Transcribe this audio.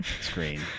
screen